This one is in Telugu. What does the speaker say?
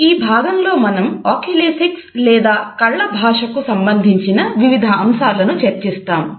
ఈ భాగంలో మనం ఆక్యూలేసిక్స్ లేదా కళ్ళ భాషకు సంబంధించిన వివిధ అంశాలను చర్చిస్తాము